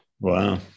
Wow